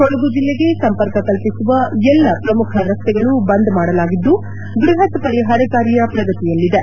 ಕೊಡುಗು ಜಿಲ್ಲೆಗೆ ಸಂಪರ್ಕ ಕಲ್ಪಿಸುವ ಎಲ್ಲ ಪ್ರಮುಖ ರಸ್ತೆಗಳು ಬಂದ್ ಮಾಡಲಾಗಿದ್ದು ಬೃಹತ್ ಪರಿಹಾರ ಕಾರ್ಯ ಪ್ರಗತಿಯಲ್ಲಿದೆ